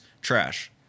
Trash